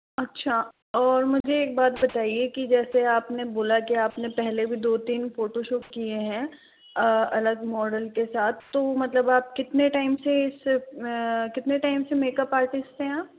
अच्छा और मुझे एक बात बताइए की जैसे आपने बोला कि आपने पहले भी दो तीन फोटोशूट किए हैं अलग मॉडल के साथ तो मतलब आप कितने टाइम से इस कितने टाइम से मेकअप आर्टिस्ट हैं आप